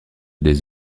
des